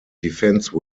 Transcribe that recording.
defense